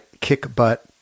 kick-butt